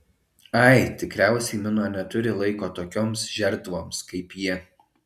ai tikriausiai mino neturi laiko tokioms žertvoms kaip ji